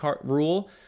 rule